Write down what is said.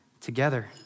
together